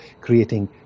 creating